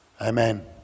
Amen